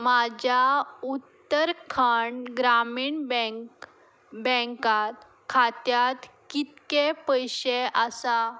म्हज्या उत्तरखंड ग्रामीण बँक बँकांत खात्यांत कितके पयशे आसा